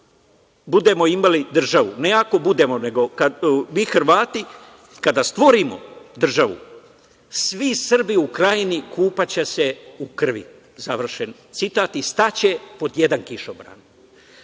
budemo imali državi, ne ako budemo, nego mi Hrvati kada stvorimo državu, svi Srbi u Krajini kupaće se u krvi, završen citat – i staće pod jedan kišobran. Idemo